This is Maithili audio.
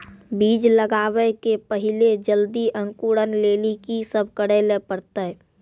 बीज लगावे के पहिले जल्दी अंकुरण लेली की सब करे ले परतै?